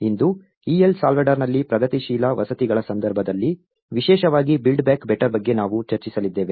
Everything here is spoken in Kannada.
ಇಂದು EL ಸಾಲ್ವಡಾರ್ನಲ್ಲಿ ಪ್ರಗತಿಶೀಲ ವಸತಿಗಳ ಸಂದರ್ಭದಲ್ಲಿ ವಿಶೇಷವಾಗಿ ಬಿಲ್ಡ್ ಬ್ಯಾಕ್ ಬೆಟರ್ ಬಗ್ಗೆ ನಾವು ಚರ್ಚಿಸಲಿದ್ದೇವೆ